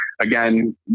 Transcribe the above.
again